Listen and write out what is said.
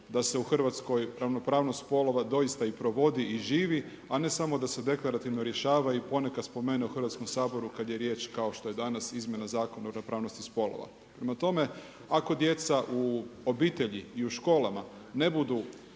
da se u Hrvatskoj ravnopravnost spolova doista i provodi i živi, a ne samo da se deklarativno rješava i ponekad spomene u Hrvatskom saboru kada je riječ kao što je danas izmjena Zakona o ravnopravnosti spolova. Prema tome, ako djeca u obitelji i u školama ne budu